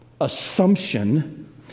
assumption